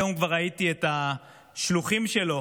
היום כבר ראיתי את השלוחים שלו